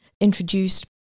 introduced